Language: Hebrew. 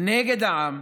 נגד העם.